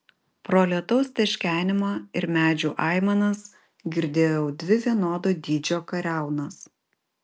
pro lietaus teškenimą ir medžių aimanas girdėjau dvi vienodo dydžio kariaunas